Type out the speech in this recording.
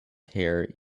hair